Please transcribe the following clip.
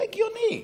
לא הגיוני.